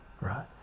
right